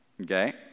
okay